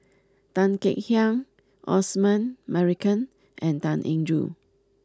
Tan Kek Hiang Osman Merican and Tan Eng Joo